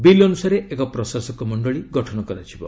bill ଅନୁସାରେ ଏକ ପ୍ରଶାସକ ମଣ୍ଡଳୀ ଗଠନ କରାଯିବ